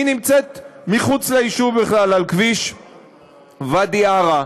היא נמצאת מחוץ ליישוב בכלל, על כביש ואדי עארה.